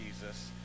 Jesus